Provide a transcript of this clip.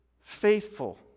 faithful